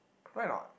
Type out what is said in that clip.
right or not